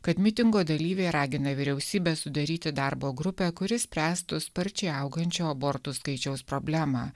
kad mitingo dalyviai ragina vyriausybę sudaryti darbo grupę kuri spręstų sparčiai augančio abortų skaičiaus problemą